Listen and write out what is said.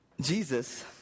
Jesus